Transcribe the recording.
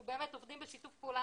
אנחנו באמת עובדים בשיתוף פעולה,